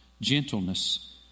gentleness